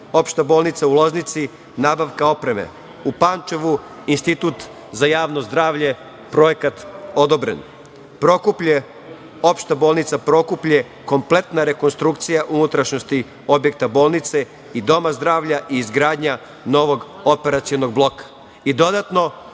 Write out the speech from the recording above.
„Opšta bolnica u Loznici“ nabavka opreme, u Pančevu Institut za javno zdravlje projekat odobren, „Opšta bolnica Prokuplje“ kompletna rekonstrukcija unutrašnjosti objekta bolnice i Doma zdravlja i izgradnja novog operacionog bloka. Dodano,